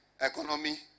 Economy